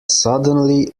suddenly